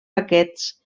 paquets